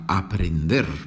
aprender